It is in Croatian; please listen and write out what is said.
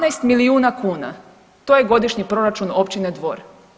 12 milijuna kuna, to je godišnji proračun općine Dvor.